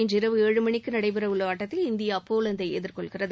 இன்றிரவு ஏழு மணிக்கு நடைபெறவுள்ள ஆட்டத்தில் இந்தியா போலந்தை எதிர்கொள்கிறது